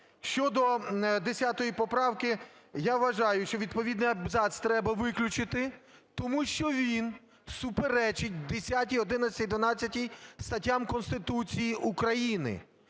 Щодо 10 поправки, я вважаю, що відповідний абзац треба виключити, тому що він суперечить 10, 11 і 12 статтям Конституції України,